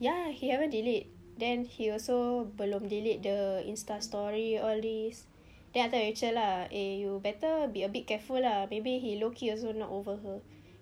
ya he haven't delete then he also belum delete the insta story all these then I tell rachel lah eh you better be a bit careful lah maybe he lowkey also not over her